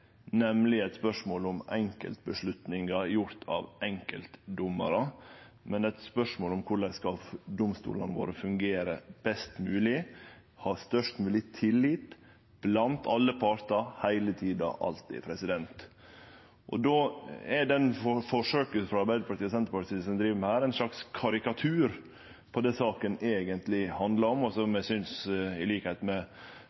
nemleg eit spørsmål om enkeltvedtak gjorde av enkeltdommarar. Det eit spørsmål om korleis domstolane våre skal fungere best mogleg, ha størst mogleg tillit blant alle partar heile tida, alltid. Då er forsøket Arbeidarpartiet og Senterpartiet driv med, ein slags karikatur av det saka eigentleg handlar om, og som eg, til liks med